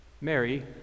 Mary